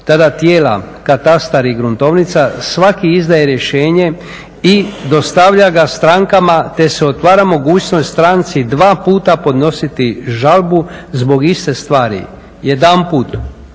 tada tijela katastar i gruntovnica svaki izdaje rješenje i dostavlja ga strankama te se otvara mogućnost stranci dva puta podnositi žalbu zbog iste stvari. Jedanput